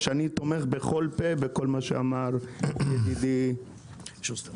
שאני תומך בכל פה בכל מה שאמר ידידי שוסטר.